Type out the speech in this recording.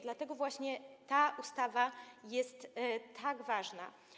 Dlatego właśnie ta ustawa jest tak ważna.